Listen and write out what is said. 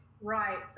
Right